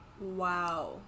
Wow